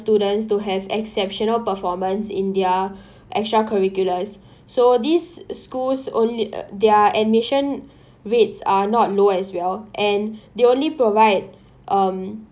students to have exceptional performance in their extra curriculars so these sc~ schools only their admission rates are not low as well and they only provide um